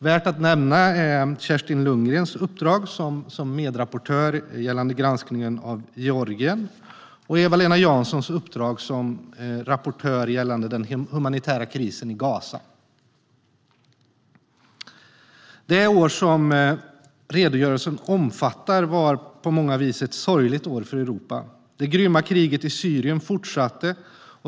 Värt att nämna är Kerstin Lundgrens uppdrag som medrapportör gällande granskningen av Georgien och Eva-Lena Janssons uppdrag som rapportör gällande den humanitära krisen i Gaza. Det år som redogörelsen omfattar var på många vis ett sorgligt år för Europa. Det grymma kriget i Syrien fortsatte.